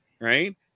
right